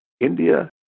India